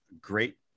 great